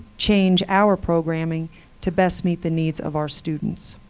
change our programming to best meet the needs of our students?